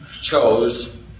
chose